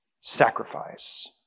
sacrifice